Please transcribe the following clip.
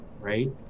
Right